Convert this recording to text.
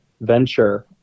venture